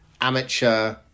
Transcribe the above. amateur